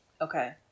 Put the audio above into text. Okay